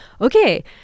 okay